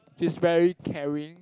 she's very caring